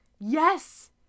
Yes